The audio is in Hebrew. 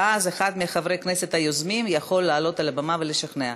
ואז אחד מחברי הכנסת היוזמים יכול לעלות על הבמה ולשכנע.